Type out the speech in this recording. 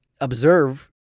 observe